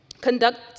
conduct